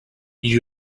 you